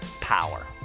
power